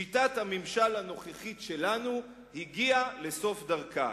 שיטת הממשל הנוכחית שלנו הגיעה לסוף דרכה.